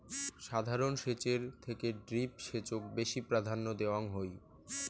সাধারণ সেচের থেকে ড্রিপ সেচক বেশি প্রাধান্য দেওয়াং হই